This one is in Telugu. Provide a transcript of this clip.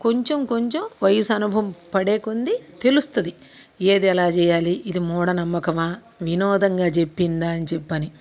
కొంచెం కొంచెం వయసు అనుభవం పడేకొద్ది తెలుస్తుంది ఏది ఎలా చేయాలి ఇది మూఢనమ్మకమా వినోదంగా చెప్పిందా అని చెప్పని